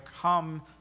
come